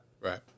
Right